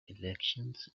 elections